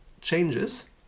changes